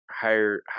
Higher